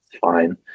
Fine